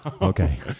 Okay